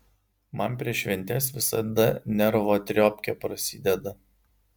man prieš šventes visada nervatriopkė prasideda